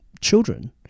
children